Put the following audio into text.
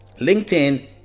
LinkedIn